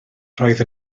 roedd